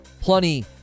plenty